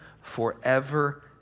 forever